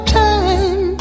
time